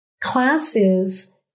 classes